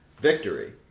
victory